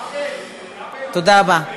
תודה רבה.